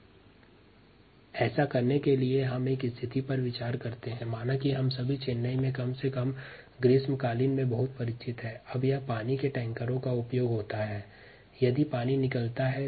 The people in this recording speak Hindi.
संतुलन की समीक्षा करने के लिए हम एक स्थिति पर विचार करते हैं कि चेन्नई में ग्रीष्म ऋतु में पानी के टैंकर्स का उपयोग है